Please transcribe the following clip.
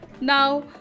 now